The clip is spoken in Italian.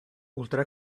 oltre